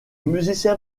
musicien